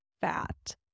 fat